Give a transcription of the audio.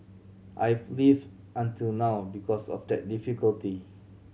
I've lived until now because of that difficulty